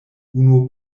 unu